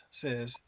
says